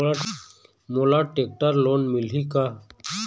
मोला tractor loan मिलही का?